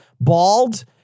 bald